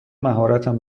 مهارتم